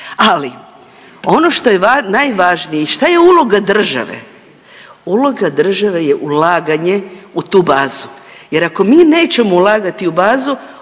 Ali ono što je najvažnije šta je uloga države, uloga države je ulaganje u tu bazu jer ako mi nećemo ulagati u bazu